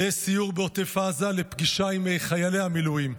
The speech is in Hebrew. לסיור בעוטף עזה, לפגישה עם חיילי המילואים,